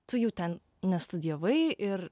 tu jų ten nestudijavai ir